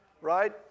right